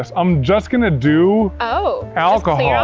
ah i'm just gonna do oh. alcohol.